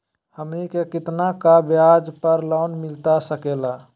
हमनी के कितना का ब्याज पर लोन मिलता सकेला?